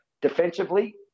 defensively